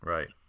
Right